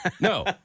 No